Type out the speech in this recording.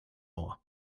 ohr